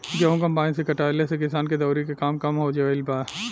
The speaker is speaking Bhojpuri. गेंहू कम्पाईन से कटाए से किसान के दौवरी के काम कम हो गईल बा